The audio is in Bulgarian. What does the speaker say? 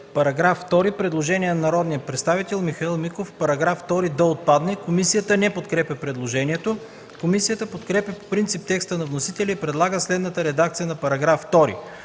е постъпило предложение от народния представител Михаил Миков –§ 1 да отпадне. Комисията не подкрепя предложението. Комисията подкрепя по принцип текста на вносителя и предлага следната редакция на § 1: „§ 1.